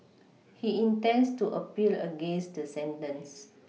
he intends to appeal against the sentence